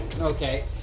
Okay